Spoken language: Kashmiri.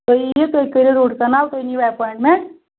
تُہۍ ایٖی یِو تُہۍ کٔرِو روٗٹ کَنال تُہۍ نِیِو ایپایِنٛٹمینٛٹ